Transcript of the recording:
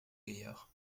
gaillard